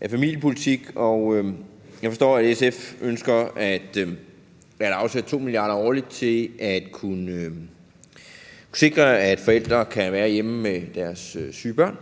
af familiepolitik, og jeg forstår, at SF ønsker at afsætte 2 mia. kr. årligt til at kunne sikre, at forældre kan være hjemme med deres syge børn.